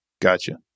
Gotcha